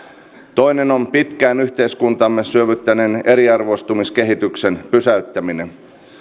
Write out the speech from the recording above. toinen on pitkään yhteiskuntaamme syövyttäneen eriarvoistumiskehityksen pysäyttäminen